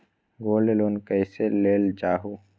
Gold loan कईसे लेल जाहु?